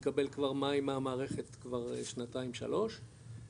מקבל כבר מים מהמערכת, כבר שנתיים-שלוש ובעצם,